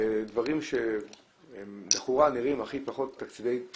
דברים שהם לכאורה נראים הכי פחות קשוחים,